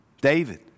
David